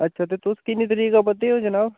अच्छा ते तुस किन्नी तरीक आवै दे ओ जनाब